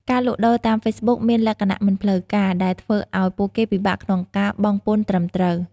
ការលក់ដូរតាមហ្វេសប៊ុកមានលក្ខណៈមិនផ្លូវការ ដែលធ្វើឱ្យពួកគេពិបាកក្នុងការបង់ពន្ធត្រឹមត្រូវ។